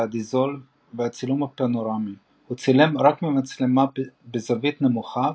ה"דיזולב" והצילום הפנורמי; הוא צילם רק ממצלמה בזווית נמוכה,